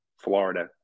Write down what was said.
Florida